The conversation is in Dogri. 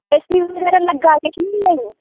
एह् स्टीम बगैरा लग्गे दा जां नेईं